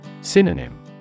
Synonym